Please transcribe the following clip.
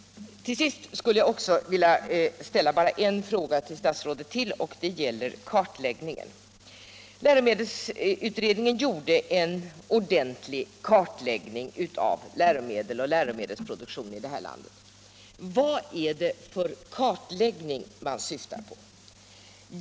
Till sist vill jag bara ställa en ytterligare fråga till statsrådet, och den gäller kartläggningen. Läromedelsutredningen gjorde en ordentlig kartläggning av läromedel och läromedelsproduktion i vårt land. Vad är det för kartläggning statsrådet syftar till?